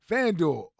FanDuel